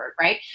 right